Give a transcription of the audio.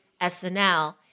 SNL